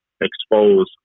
expose